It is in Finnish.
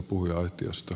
olkaa hyvä